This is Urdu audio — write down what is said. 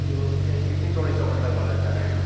جو کتنی چوڑے چوکھٹ لگانا چاہ رہے ہیں آپ